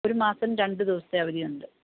ഒരു മാസം രണ്ട് ദിവസത്തെ അവധിയുണ്ട്